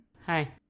Hi